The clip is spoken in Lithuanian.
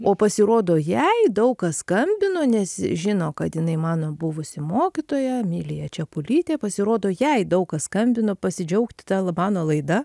o pasirodo jai daug kas skambino nes žino kad jinai mano buvusi mokytoja emilija čepulytė pasirodo jai daug kas skambino pasidžiaugti ta la mano laida